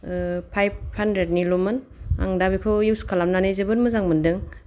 five hundred निल'मोन आं दा बेखौ इउज खालामनानै जोबोद मोजां मोनदों